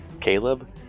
caleb